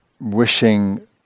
wishing